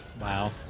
Wow